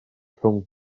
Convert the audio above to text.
rhwng